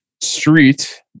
Street